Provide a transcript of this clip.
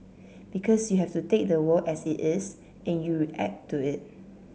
because you have to take the world as it is and you act to it